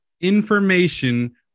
information